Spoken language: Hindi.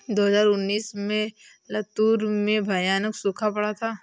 दो हज़ार उन्नीस में लातूर में भयानक सूखा पड़ा था